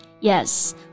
Yes